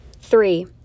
Three